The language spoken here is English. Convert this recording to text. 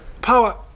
power